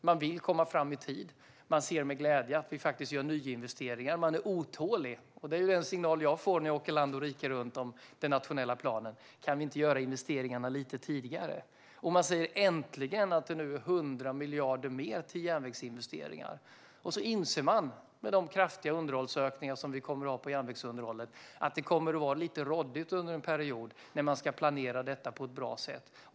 De vill komma fram i tid. De ser med glädje att vi gör nyinvesteringar. De är otåliga. En signal jag får när jag åker land och rike runt om den nationella planen är: Kan vi inte göra investeringarna lite tidigare? De säger: Äntligen, att det nu är 100 miljarder mer till järnvägsinvesteringar. Med de kraftiga underhållsökningar vi kommer att ha på järnvägsunderhållet inser de att det kommer att vara lite råddigt under en period när man ska planera detta på ett bra sätt.